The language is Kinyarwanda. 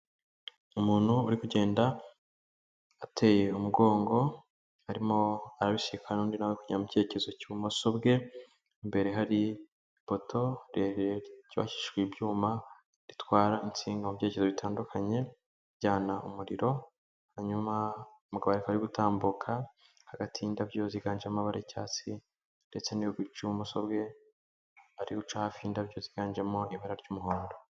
Umuntu uri kugenda ateye umugongo arimo arabisikana n'undi nawe mu cyerekezo cy'ibumoso bwe, imbere hari ipoto ryubakishijwe ibyuma bitwara insinga mu byerekezo bitandukanye ujyana umuriro, hanyuma umugabo kaba ari gutambuka hagati y'indabyo ziganjemo amabara y'icyatsi ndetse n'uyu uri guca ibumoso bwe ari guca hafi y'indabyo ziganjemo ibara ry'umuhondo.